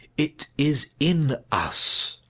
it is in us!